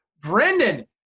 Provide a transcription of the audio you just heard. Brendan